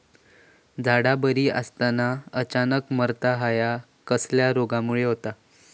झाडा बरी असताना अचानक मरता हया कसल्या रोगामुळे होता?